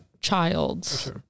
child's